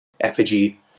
effigy